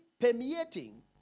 permeating